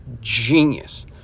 genius